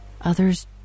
others